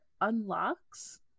unlocks